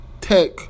tech